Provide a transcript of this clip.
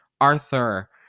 arthur